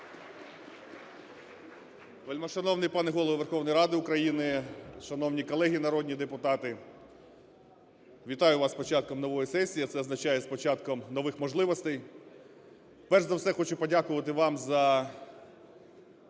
Вельмишановний пане Голово Верховної Ради України, шановні колеги народні депутати, вітаю вас з початком нової сесії, а це означає - з початком нових можливостей. Перш за все хочу подякувати вам за